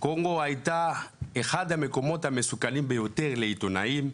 קונגו הייתה אחד המקומות המסוכנים ביותר לעיתונאים,